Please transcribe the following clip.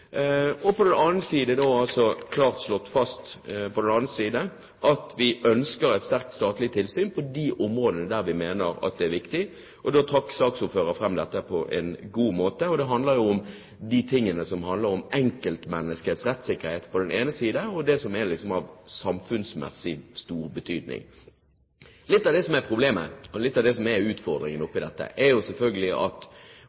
På den andre side er det klart slått fast at vi ønsker et sterkt statlig tilsyn på de områdene der vi mener at det er viktig. Saksordføreren trakk fram dette på en god måte. Det handler om enkeltmenneskers rettssikkerhet på den ene siden og på den andre siden det som er av samfunnsmessig stor betydning. Representanten fra Fremskrittspartiet var i sitt innlegg inne på – og det er fryktelig viktig – at vi ikke skal være et land av